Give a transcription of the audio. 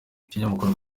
ikinyamakuru